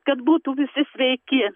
kad būtų visi sveiki